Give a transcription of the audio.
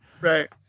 Right